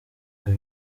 ngo